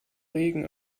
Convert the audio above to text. regen